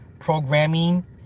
Programming